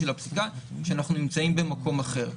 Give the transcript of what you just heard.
שאנחנו נמצאים במקום אחר.